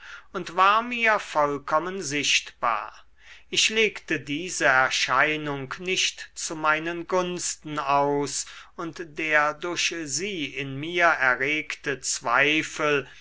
und war mir vollkommen sichtbar ich legte diese erscheinung nicht zu meinen gunsten aus und der durch sie in mir erregte zweifel